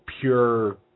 pure